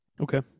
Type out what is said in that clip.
Okay